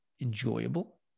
enjoyable